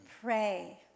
pray